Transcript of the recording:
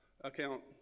account